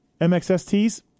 MXSTs